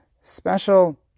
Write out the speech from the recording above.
special